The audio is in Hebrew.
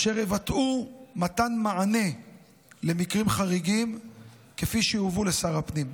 אשר יבטאו מתן מענה למקרים חריגים כפי שיובאו לשר הפנים.